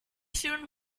soon